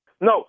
No